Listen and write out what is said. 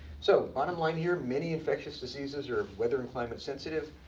so, bottom line here, many infectious diseases are weather and climate sensitive.